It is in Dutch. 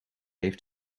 heeft